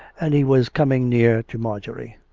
and he was coming near to marjorie.